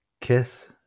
kiss